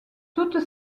toutes